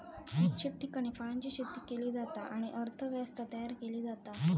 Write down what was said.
इच्छित ठिकाणी फळांची शेती केली जाता आणि अर्थ व्यवस्था तयार केली जाता